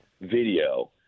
video